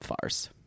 farce